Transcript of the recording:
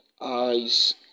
eyes